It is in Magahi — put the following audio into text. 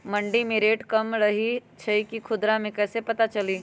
मंडी मे रेट कम रही छई कि खुदरा मे कैसे पता चली?